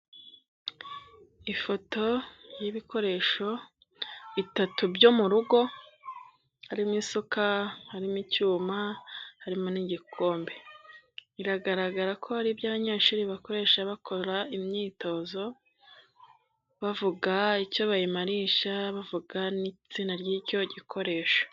Ifoto y'ibikoresho bitatu byo mu rugo harimo isuka, harimo icyuma, harimo n'igikombe, biragaragara ko ari ibyo abanyeshuri bakoresha bakora imyitozo bavuga icyo bayimarisha bavuga n'izina ry'icyo gikoresho.